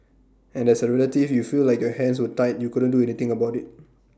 and as A relative you feel like your hands were tied you couldn't do anything about IT